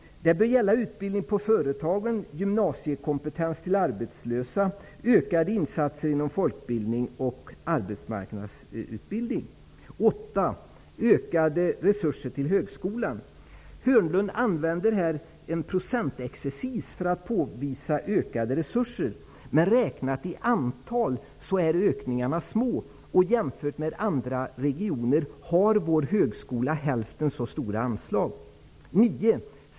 Det bör gälla utbildning på företagen, gymnasiekompentens till arbetslösa, ökade insatser inom folkbildningen och arbetsmarknadsutbildning. Börje Hörnlund använder här en procentexercis för att påvisa ökade resurser, men räknat i antal är ökningarna små. Jämfört med andra regioner har vår högskola hälften så stora anslag. 9.